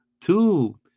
two